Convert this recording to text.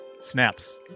snaps